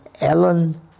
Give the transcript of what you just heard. Ellen